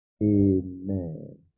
Amen